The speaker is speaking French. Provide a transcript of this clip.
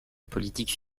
politique